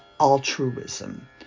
altruism